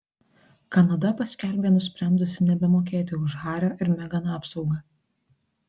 kanada paskelbė nusprendusi nebemokėti už hario ir megan apsaugą